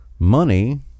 money